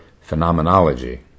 phenomenology